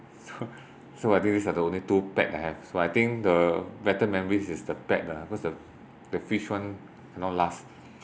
so so I think these are the only two pet I have so I think the better memories is the pet lah because the the fish one cannot last